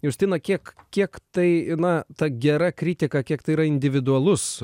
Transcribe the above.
justina kiek kiek tai na ta gera kritika kiek tai yra individualus